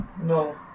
No